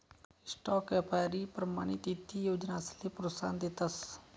stock यापारी प्रमाणित ईत्तीय योजनासले प्रोत्साहन देतस